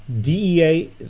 DEA